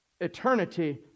eternity